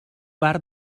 bar